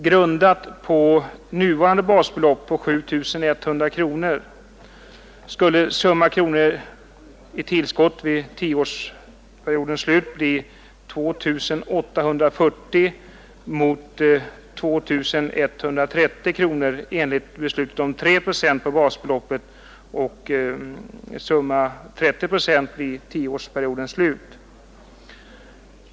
Grundat på nuvarande basbelopp, 7 100 kronor, skulle tillskotten vid tioårsperiodens slut bli 2 840 kronor mot 2 130 enligt beslutet om 3 procent på basbeloppet och 30 procent vid tioårsperiodens slut.